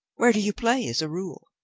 where do you play, as a rule?